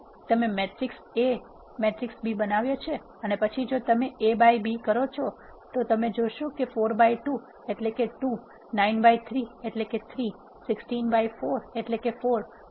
તેથી તમે matrix A matrix B બનાવ્યો છે અને પછી જો તમે A by B કરો છો તમે જોશો કે 4 by 2 એટલે 2 9 by 3 એટલે 3 16 by 4 એટલે 4